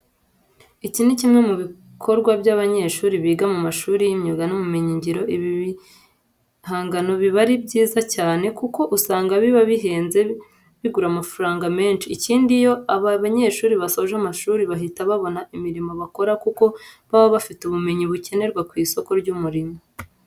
Iki ni kimwe mu bikorwa by'abanyeshuri biga mu mashuri y'imyuga n'ubumenyingiro. Ibi bigangano biba ari byiza cyane kuko usanga biba bihenze bigura amafaranga menshi. Ikindi iyo aba banyeshuri basoje amashuri bahita babona imirimo bakora kuko baba bafite ubumenyi bukenewe ku isoko ry'umurimo.